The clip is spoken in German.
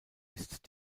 ist